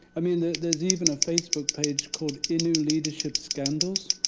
i mean, there's even a facebook page called innu leadership scandals.